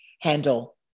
handle